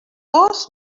gos